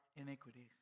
iniquities